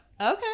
Okay